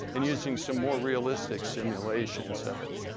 and using some more realistic simulations of it.